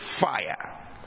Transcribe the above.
fire